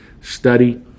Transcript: study